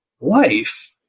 life